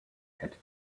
had